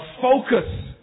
focus